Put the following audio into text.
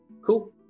Cool